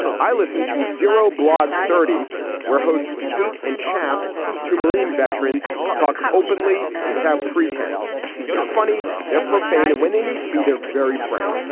i listened to zero blog. thirty were hosts, kate and chaps, two marine veterans talk openly and without pretense they're funny, they're profane. and when they need to be, they're very frank.